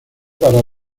para